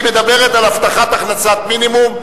היא מדברת על הבטחת הכנסת מינימום.